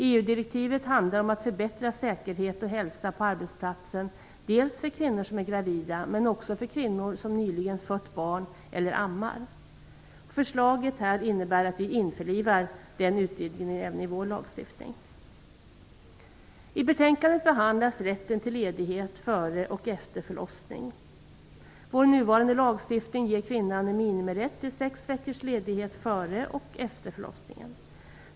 EU-direktivet handlar om att förbättra säkerhet och hälsa på arbetsplatsen för kvinnor som är gravida, men också för kvinnor som nyligen fött barn eller ammar. Förslaget innebär att vi införlivar den utvidgningen i vår lagstiftning. I betänkandet behandlas rätten till ledighet före och efter förlossning. Vår nuvarande lagstiftning ger kvinnan en minimirätt till sex veckors ledighet före och efter förlossningen.